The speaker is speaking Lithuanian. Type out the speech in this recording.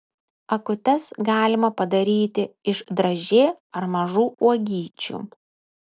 akutes galima padaryti iš dražė ar mažų uogyčių